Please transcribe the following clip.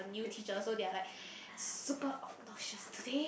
new teacher so they are like super obnoxious today